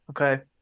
Okay